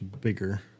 bigger